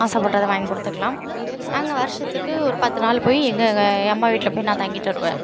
ஆசைப்பட்டத வாங்கிக் கொடுத்துக்கலாம் நாங்கள் வருஷத்துக்கு ஒரு பத்து நாள் போய் எங்கள் எங்கள் என் அம்மா வீட்டில் போய் நான் தங்கிவிட்டு வருவேன்